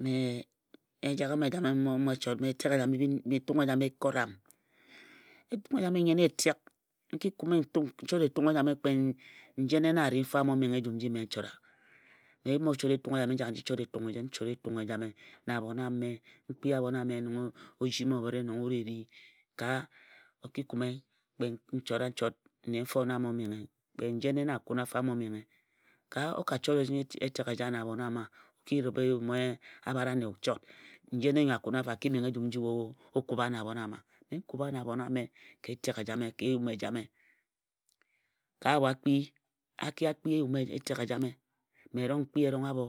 Mme ejagham ejame m mo chot mme bi etung ejame e kora m. Etung ejame nnyen etek. N kum e n chot etung ejame kpe njene na a ri nfo a mo menghe nji mme n chora. Mme mo chot etung ejame n jak n ji chot etung jen. N chora etung e jame na abhon ame n kpia abhon ame ojimi obhǝre nong wut e ri ka o ki kume kpe n ki n chora n chot nne nfo abho menghe. Kpe njene na a kun afo a mo menghe. Ka o ka chot etek eja nia abhon ama. O ki rǝbhe eyum abhare ane o chot njene nyo a kan afo a ki menghe nji we o kubha na abhon ama. Mme n kubha na abhon ame ka etek ejame ka eyum ejame. Ka a bho a kpi a ki akpi eyum etek ejame mme erong n kpii erong abho